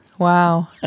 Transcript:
Wow